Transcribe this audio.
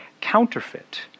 counterfeit